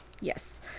Yes